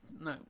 No